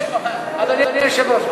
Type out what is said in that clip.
אדוני היושב-ראש,